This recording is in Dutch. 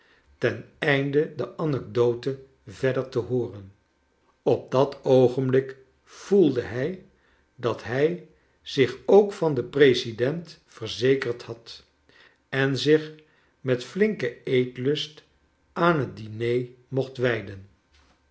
ten einde de anecdote verder te hooren op dat oogenblik voelde hij dat hij zich ook van den president verzekerd had en zich met flinken eetlust aan het diner mocht wijden